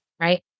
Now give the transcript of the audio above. right